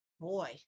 Boy